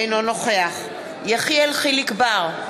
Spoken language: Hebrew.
אינו נוכח יחיאל חיליק בר,